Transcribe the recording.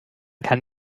kann